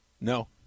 No